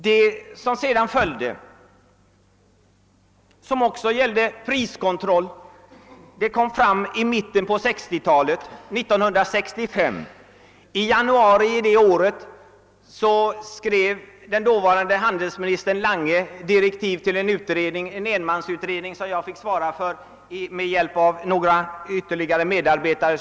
Nästa steg i utvecklingen på priskontrollens område togs i mitten på 1960 talet. I januari 1965 skrev dåvarande handelsminister Lange direktiv till en enmansutredning, för vilken jag fick svara med hjälp av några medarbetare.